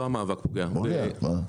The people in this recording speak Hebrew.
לא המאבק פוגע בהיי-טק.